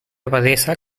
abadesa